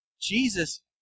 Jesus